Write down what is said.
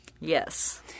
Yes